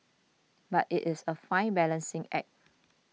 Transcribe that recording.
but it is a fine balancing act